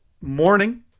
morning